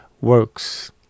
works